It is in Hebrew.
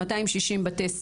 260 בתי ספר,